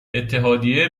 اتحادیه